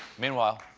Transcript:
meanwhile,